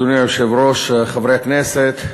אדוני היושב-ראש, חברי הכנסת,